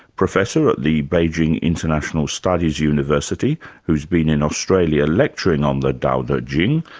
professor at the beijing international studies university who's been in australia lecturing on the dao de jing,